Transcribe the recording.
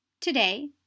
today